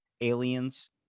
aliens